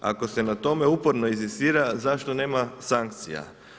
Ako se na tome uporno inzistira zašto nema sankcija?